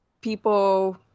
people